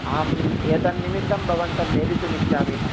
अहम् एतन्निमित्तं भवन्तं मेलितुम् इच्छामि